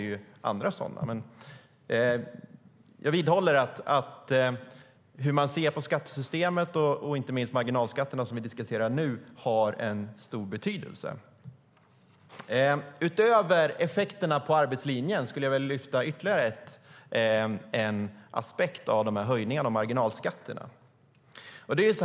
Jag vidhåller dock att det har stor betydelse hur man ser på skattesystemet, inte minst på marginalskatterna som vi diskuterar nu. Utöver effekterna på arbetslinjen skulle jag vilja lyfta fram ytterligare en aspekt på höjningarna av marginalskatterna.